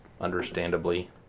understandably